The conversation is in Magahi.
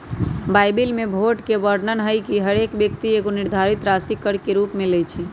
बाइबिल में भोट के वर्णन हइ जे हरेक व्यक्ति एगो निर्धारित राशि कर के रूप में लेँइ छइ